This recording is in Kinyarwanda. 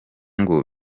ngo